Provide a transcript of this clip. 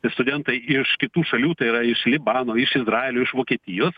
ir studentai iš kitų šalių tai yra iš libano iš izraelio iš vokietijos